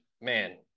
man